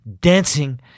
dancing